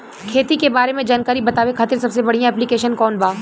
खेती के बारे में जानकारी बतावे खातिर सबसे बढ़िया ऐप्लिकेशन कौन बा?